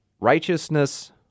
Righteousness